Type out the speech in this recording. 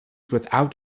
without